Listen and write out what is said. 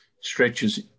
stretches